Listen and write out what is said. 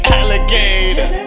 alligator